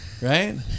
right